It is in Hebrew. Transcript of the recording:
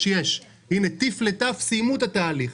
יש - טיף לטף סיימו את התהליך.